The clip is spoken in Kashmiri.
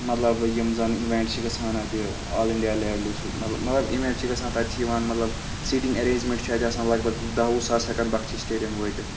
مطلب یِم زَن اِوٮ۪نٛٹ چھِ گژھان اَتہِ آل اِنڈیا لٮ۪ولہِ چھِ مطلب اِوٮ۪نٛٹ چھِ گژھان تَتہِ چھِ یِوان مطلب سیٖٹِنٛگ اٮ۪رینٛجمٮ۪نٛٹ چھُ اَتہِ آسان لگ بگ دَہ وُہ ساس ہٮ۪کَن بخشی سِٹیڈیَم وٲتِتھ